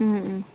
ꯎꯝ ꯎꯝ